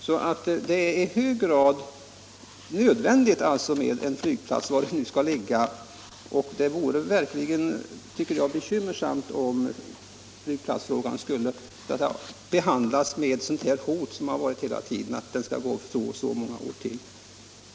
Det är alltså i hög grad nödvändigt med en flygplats, var den nu skall ligga, och det vore mycket bekymmersamt om flygplatsfrågan även i fortsättningen skulle behandlas under det hot som funnits hela tiden, att det skall gå så och så många år till.